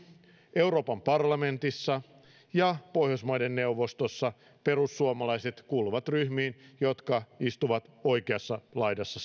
euroopan parlamentissa ja pohjoismaiden neuvostossa perussuomalaiset kuuluvat ryhmiin jotka istuvat oikeassa laidassa